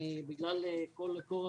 בגלל כל כורח,